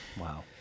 Wow